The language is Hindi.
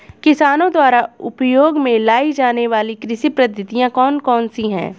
किसानों द्वारा उपयोग में लाई जाने वाली कृषि पद्धतियाँ कौन कौन सी हैं?